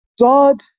God